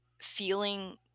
feeling